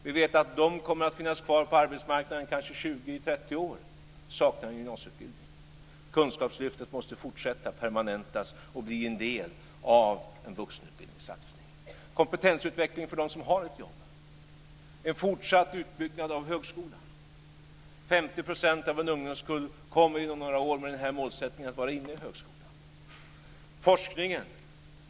De som saknar gymnasieutbildning kommer att finnas kvar på arbetsmarknaden, kanske i ytterligare 20-30 år. Kunskapslyftet måste fortsätta att permanentas och bli en del av vuxenutbildningssatsningen. Andra typer av satsningar gäller kompetensutveckling för dem som har ett jobb och en fortsatt utbyggnad av högskolan. Med denna målsättning kommer 50 % av en ungdomskull inom några år att vara inne i högskolan.